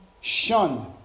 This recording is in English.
shunned